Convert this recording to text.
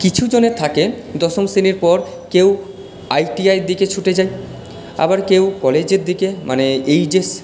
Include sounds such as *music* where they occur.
কিছুজনের থাকে দশম শ্রেণীর পর কেউ আইটিআইয়ের দিকে ছুটে যায় আবার কেউ কলেজের দিকে মানে এই যেস *unintelligible*